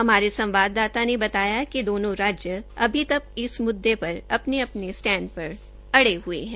हमारे संवाददाता ने बताया है कि दोनों राज्य अभी तक इस मुद्दे पर अपने अपने स्टेंड पर अड़े हुये है